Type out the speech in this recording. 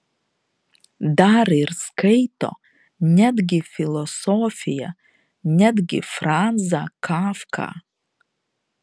dar ir skaito netgi filosofiją netgi franzą kafką